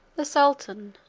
the sultan,